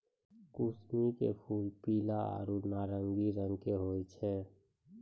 कुसमी के फूल पीला आरो नारंगी रंग के होय छै